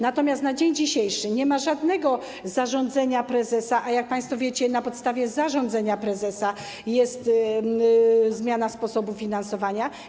Natomiast na dzień dzisiejszy nie ma w tym zakresie żadnego zarządzenia prezesa, a, jak państwo wiecie, na podstawie zarządzenia prezesa następuje zmiana sposobu finansowania.